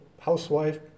housewife